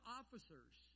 officers